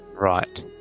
right